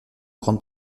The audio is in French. grande